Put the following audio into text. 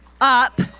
up